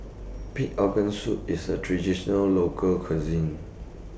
Pig'S Organ Soup IS A Traditional Local Cuisine